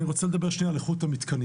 אני רוצה לדבר שניה על איכות המתקנים,